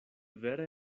vere